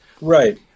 right